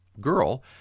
girl